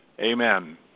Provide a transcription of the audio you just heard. Amen